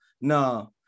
No